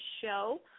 show